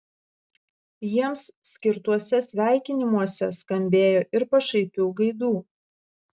jiems skirtuose sveikinimuose skambėjo ir pašaipių gaidų